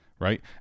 right